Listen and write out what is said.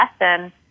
lesson